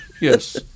Yes